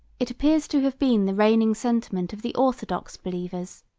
it appears to have been the reigning sentiment of the orthodox believers